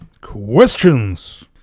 questions